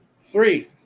Three